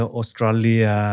Australia